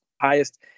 highest